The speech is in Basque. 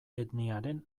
etniaren